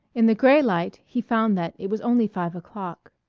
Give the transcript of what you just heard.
in the gray light he found that it was only five o'clock.